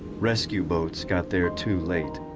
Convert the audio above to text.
rescue boats got there too late.